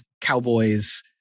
Cowboys